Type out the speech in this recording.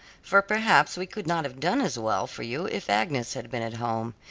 for perhaps we could not have done as well for you if agnes had been at home.